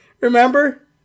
Remember